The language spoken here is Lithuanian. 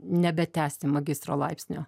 nebetęsti magistro laipsnio